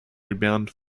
rebound